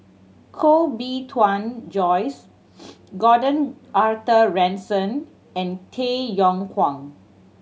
Koh Bee Tuan Joyce Gordon Arthur Ransome and Tay Yong Kwang